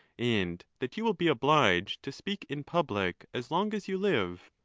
and that you will be obliged to speak in public as long as you live.